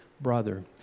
brother